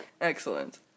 excellent